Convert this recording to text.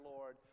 Lord